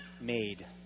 made